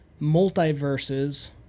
multiverses